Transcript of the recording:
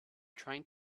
trying